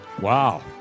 Wow